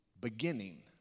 beginning